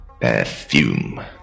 Perfume